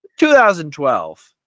2012